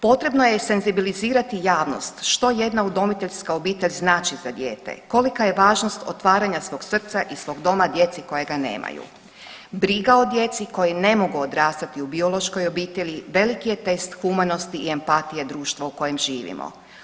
Potrebno je senzibilizirati javnost što jedna udomiteljska obitelj znači za dijete, kolika je važnost otvaranja svog srca i svog doma djeci koja ga nemaju, briga o djeci koji ne mogu odrastati u biološkoj obitelji veliki je test humanosti i empatije društva u kojem živimo.